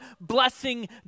blessing